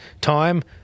time